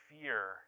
fear